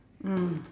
mm